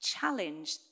Challenge